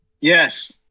yes